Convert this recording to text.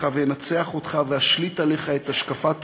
ואנצח אותך ואשליט עליך את השקפת עולמי,